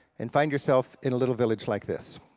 and find yourself in a little village like this.